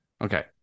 Okay